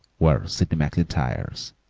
were sydney maclntyre's,